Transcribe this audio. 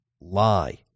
lie